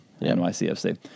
NYCFC